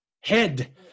Head